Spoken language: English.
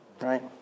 Right